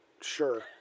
Sure